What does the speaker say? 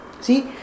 See